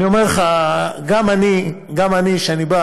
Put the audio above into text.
אני אומר לך, גם אני, כשאני בא